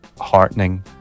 heartening